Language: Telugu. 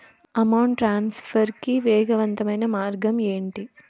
అమౌంట్ ట్రాన్స్ఫర్ కి వేగవంతమైన మార్గం ఏంటి